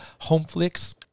HomeFlix